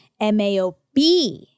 MAOB